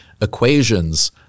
equations